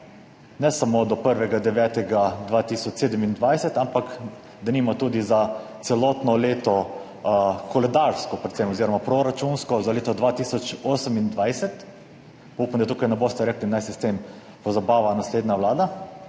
ne samo do 1. 9. 2027, ampak denimo tudi za celotno koledarsko leto oziroma proračunsko za leto 2028? Pa upam, da tukaj ne boste rekli, naj se s tem pozabava naslednja vlada.